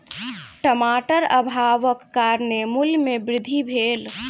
टमाटर अभावक कारणेँ मूल्य में वृद्धि भेल